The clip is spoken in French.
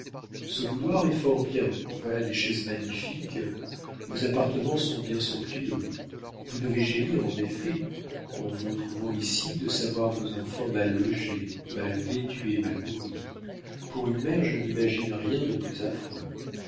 ce boudoir est fort bien voilà des chaises magnifiques vos appartements sont bien somptueux vous devez gémir en effet en vous trouvant ici de savoir vos enfants mal logés mal vêtus et mal nourris pour une mère je n'imagine rien de plus affreux